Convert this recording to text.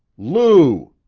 lou!